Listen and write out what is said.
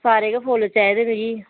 सारे गै फुल्ल चाहिदे मिगी